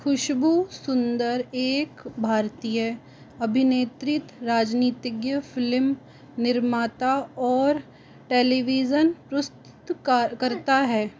खुशबू सुंदर एक भारतीय अभिनेत्री राजनीतिज्ञ फिल्म निर्माता और टेलीविजन प्रस्तुत क कर्ता है